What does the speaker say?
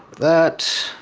that,